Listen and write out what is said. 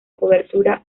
cobertura